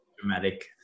dramatic